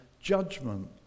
judgment